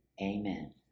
amen